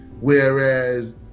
Whereas